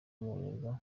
umurerwa